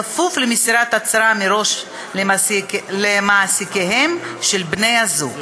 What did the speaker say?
כפוף למסירת הצהרה מראש למעסיקיהם של בני-הזוג.